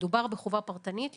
מדובר בחובה פרטנית.